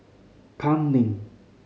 Kam Ning